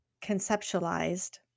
conceptualized